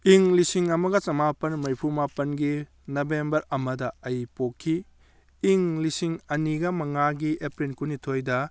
ꯏꯪ ꯂꯤꯁꯤꯡ ꯑꯃꯒ ꯆꯥꯃꯥꯄꯜ ꯃꯔꯤꯐꯨ ꯃꯄꯜꯒꯤ ꯅꯕꯦꯝꯕꯔ ꯑꯃꯗ ꯑꯩ ꯄꯣꯛꯈꯤ ꯏꯪ ꯂꯤꯁꯤꯡ ꯑꯅꯤꯒ ꯃꯉꯥꯒꯤ ꯑꯦꯄ꯭ꯔꯤꯟ ꯀꯨꯟꯅꯤꯊꯣꯏꯗ